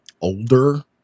older